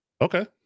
Okay